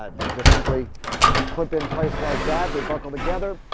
ah that just simply clip in place like that, they buckle together.